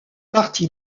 parti